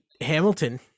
Hamilton